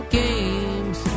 games